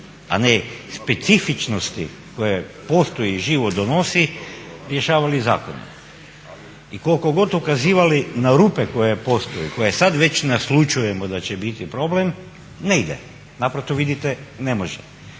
a ne specifičnosti koje postoji i život donosi rješavali zakonom. I koliko god ukazivali na rupe koje postoje, koje sad već naslućujemo da će biti problem ne ide. Naprosto vidite ne može.